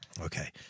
Okay